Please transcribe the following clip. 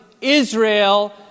Israel